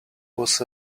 was